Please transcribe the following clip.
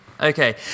okay